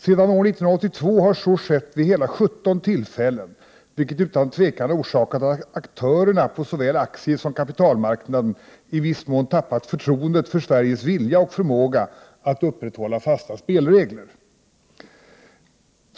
Sedan år 1982 har så skett vid hela 17 tillfällen, vilket utan tvivel orsakat att aktörerna på såväl aktiesom kapitalmarknaden i viss mån tappat förtroendet för Sveriges vilja och förmåga att upprätthålla fasta spelregler.